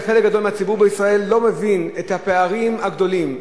חלק גדול מהציבור בישראל לא מבין את הפערים הגדולים,